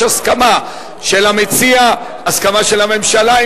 יש הסכמה של המציע, הסכמה של הממשלה.